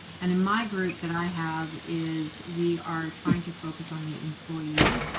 and in my group that i have is, we are trying to focus on the employee,